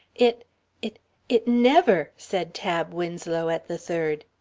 it it it never! said tab winslow, at the third.